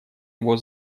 его